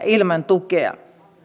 ilman tukea